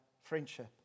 friendship